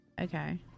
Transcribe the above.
Okay